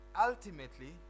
ultimately